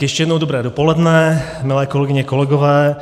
Ještě jednou dobré dopoledne, milé kolegyně, kolegové.